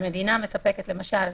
המדינה מספקת, למשל,